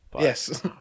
yes